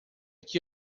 que